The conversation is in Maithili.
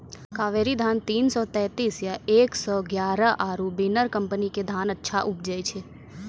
कावेरी धान तीन सौ तेंतीस या एक सौ एगारह आरु बिनर कम्पनी के धान अच्छा उपजै छै?